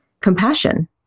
compassion